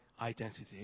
identity